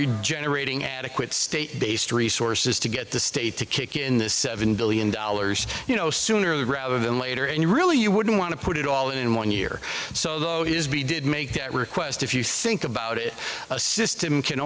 you generating adequate state based resources to get the state to kick in the seven billion dollars you know sooner rather than later and you really you wouldn't want to put it all in one year so we did make that request if you think about it a system can